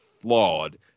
flawed